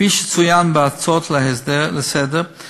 כפי שצוין בהצעות לסדר-היום,